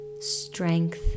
strength